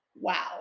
Wow